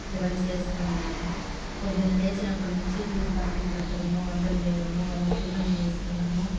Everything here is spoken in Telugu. ఇవన్నీ చేస్తూవుంటాను పొద్దున లేచినప్పటి నుంచి టీలు కాఫీలు పెట్టడము వంటలు చేయడము వాళ్ళకి టిఫెన్లు చేసివ్వడము